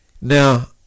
now